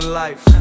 life